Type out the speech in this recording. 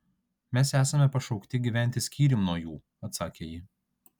mes esame pašaukti gyventi skyrium nuo jų atsakė ji